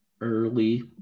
early